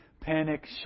panic